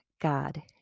God